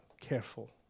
careful